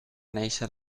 néixer